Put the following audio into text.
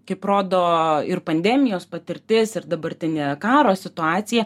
kaip rodo ir pandemijos patirtis ir dabartinė karo situacija